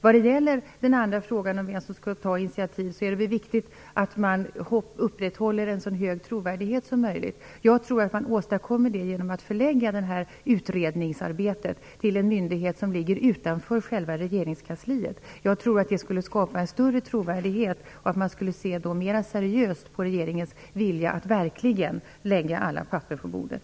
Vad gäller den andra frågan om att ta initiativ är det viktigt att man upprätthåller en så hög trovärdighet som möjligt. Jag tror att man åstadkommer det genom att förlägga utredningsarbetet till en myndighet som ligger utanför själva regeringskansliet. Det skulle skapa en större trovärdighet, och man skulle se mer seriöst på regeringens vilja att verkligen lägga alla papper på bordet.